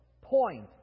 point